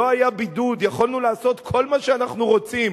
לא היה בידוד, יכולנו לעשות כל מה שאנחנו רוצים.